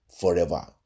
forever